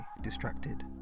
distracted